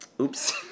Oops